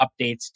updates